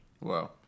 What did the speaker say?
Wow